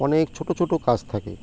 অনেক ছোটো ছোটো কাজ থাকে